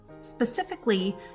Specifically